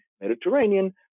Mediterranean